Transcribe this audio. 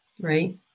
right